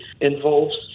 involves